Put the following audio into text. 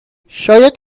شاید